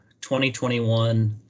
2021